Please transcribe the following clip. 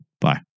Bye